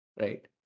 right